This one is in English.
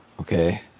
okay